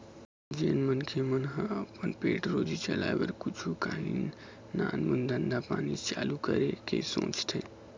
जेन मनखे मन ह अपन पेट रोजी चलाय बर कुछु काही नानमून धंधा पानी चालू करे के सोचथे